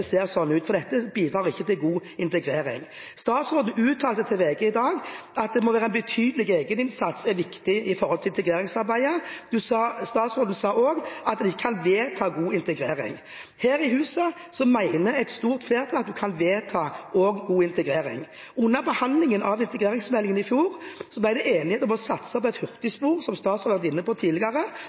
ser slik ut, for dette bidrar ikke til god integrering. Statsråden uttalte til VG i dag at «en betydelig egeninnsats» er viktig for integreringsarbeidet. Statsråden sa også at en ikke kan vedta god integrering. Her i huset mener et stort flertall at vi også kan vedta god integrering. Under behandlingen av integreringsmeldingen i fjor ble vi enige om å satse på et hurtigspor, som statsråden var inne på tidligere,